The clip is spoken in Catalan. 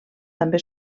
també